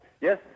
Yes